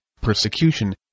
persecution